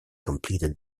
completed